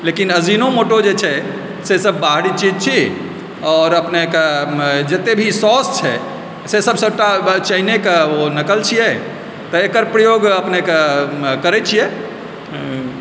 लेकिन अर्जिनोमोटो जे छै सेसभ बाहरी चीज छी आओर अपनेक जतए भी सौस छै से सभ सभटा चाइनेकऽ नकल छियै तऽ एकर प्रयोग अपने कऽ करय छियै